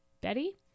betty